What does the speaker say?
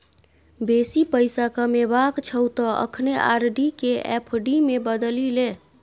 बेसी पैसा कमेबाक छौ त अखने आर.डी केँ एफ.डी मे बदलि ले